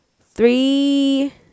three